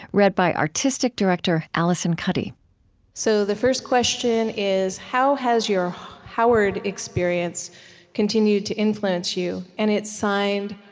read by artistic director alison cuddy so the first question is how has your howard experience continued to influence you? and it's signed,